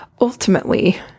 ultimately